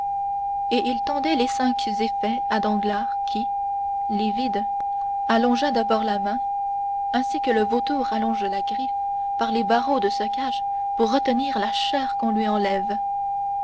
et il tendait les cinq effets à danglars qui livide allongea d'abord la main ainsi que le vautour allonge la griffe par les barreaux de sa cage pour retenir la chair qu'on lui enlève